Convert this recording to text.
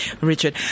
Richard